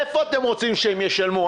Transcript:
מאיפה אתם רוצים שהם ישלמו?